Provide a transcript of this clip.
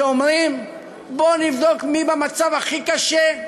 שאומרים: בואו נבדוק מי במצב הכי קשה,